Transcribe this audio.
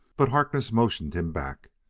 but harkness motioned him back.